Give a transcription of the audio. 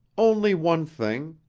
only one thing.